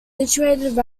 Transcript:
situated